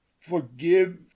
forgive